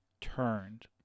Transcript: turned